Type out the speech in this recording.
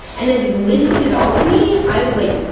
and as he listed it all to me, i was like,